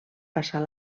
passar